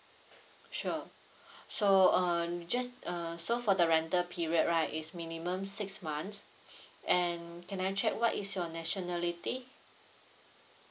sure so um just uh so for the rental period right is minimum six months and can I check what is your nationality